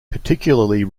particularly